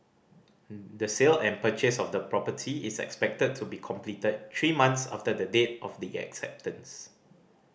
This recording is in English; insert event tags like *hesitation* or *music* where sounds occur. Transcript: *hesitation* the sale and purchase of the property is expected to be completed three months after the date of the acceptance